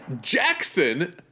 Jackson